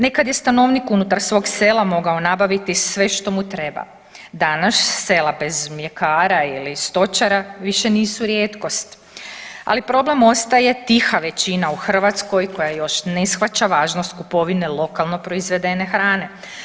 Nekad je stanovnik unutar svog sela mogao nabaviti sve što mu treba, danas sela bez mljekara ili stočara više nisu rijetkost, ali problem ostaje tiha većina u Hrvatskoj koja još ne shvaća važnost kupovine lokalno proizvedene hrane.